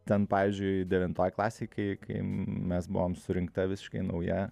ten pavyzdžiui devintoj klasėj kai kai mes buvom surinkta visiškai nauja